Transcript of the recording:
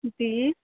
جی